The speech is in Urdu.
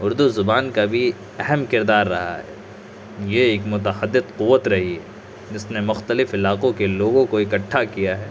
اردو زبان کا بھی اہم کردار رہا ہے یہ ایک متحدد قوت رہی جس نے مختلف علاقوں کے لوگوں کو اکٹھا کیا ہے